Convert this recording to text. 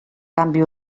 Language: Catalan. canvi